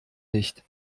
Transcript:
nicht